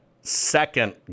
second